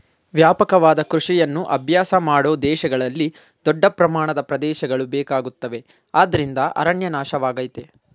ವ್ಯಾಪಕವಾದ ಕೃಷಿಯನ್ನು ಅಭ್ಯಾಸ ಮಾಡೋ ದೇಶಗಳಿಗೆ ದೊಡ್ಡ ಪ್ರಮಾಣದ ಪ್ರದೇಶಗಳು ಬೇಕಾಗುತ್ತವೆ ಅದ್ರಿಂದ ಅರಣ್ಯ ನಾಶವಾಗಯ್ತೆ